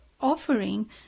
offering